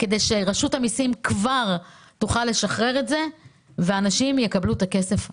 כדי שרשות המסים כבר תוכל לשחרר את זה ואנשים יקבלו את הכסף מהר.